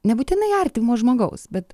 nebūtinai artimo žmogaus bet